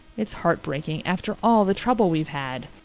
it's heartbreaking, after all the trouble we've had.